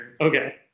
Okay